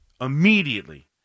immediately